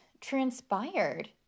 transpired